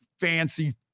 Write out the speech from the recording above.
fancy